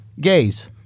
gays